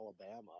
Alabama